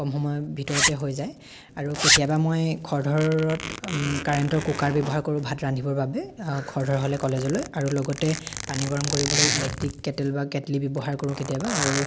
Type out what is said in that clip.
কম সময়ৰ ভিতৰতে হৈ যায় আৰু কেতিয়াবা মই খৰধৰত কাৰেণ্টৰ কুকাৰ ব্যৱহাৰ কৰোঁ ভাত ৰান্ধিবৰ বাবে খৰধৰ হ'লে কলেজলৈ আৰু লগতে পানী গৰম কৰিবলৈ ইলেক্ট্ৰিক কেট্ল বা কেট্লি ব্যৱহাৰ কৰোঁ কেতিয়াবা আৰু